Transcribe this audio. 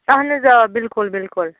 اہن حظ آ بِلکُل بِلکُل